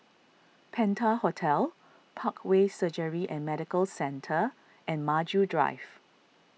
Penta Hotel Parkway Surgery and Medical Centre and Maju Drive